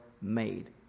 made